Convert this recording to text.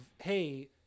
hey